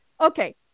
okay